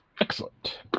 Excellent